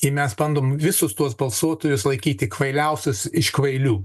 ir mes bandom visus tuos balsuotojus laikyti kvailiausius iš kvailių